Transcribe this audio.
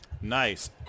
Nice